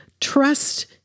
Trust